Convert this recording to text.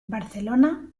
barcelona